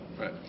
right